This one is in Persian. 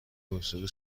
موسیقی